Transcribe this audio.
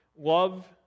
Love